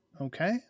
Okay